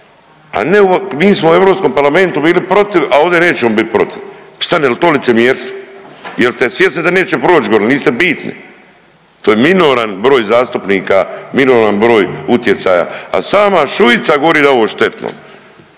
A ne mi smo u Europskom parlamentu bili protiv, a ovdje nećemo biti protiv. Stane li to licemjerstvo? Jel' ste svjesni da neće proći gore jer niste bitni. To je minoran broj zastupnika, minoran broj utjecaja, a sama Šuica govori da je ovo štetno